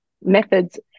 methods